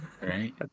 Right